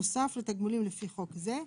נוסף לתגמולים לפי חוק זה.